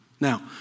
Now